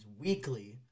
weekly